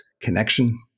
connection